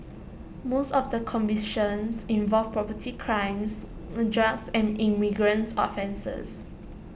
most of the convictions involved property crimes drugs and immigrates offences